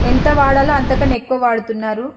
ఎంత వాడాలో అంతకన్నా ఎక్కువ వాడుతున్నారు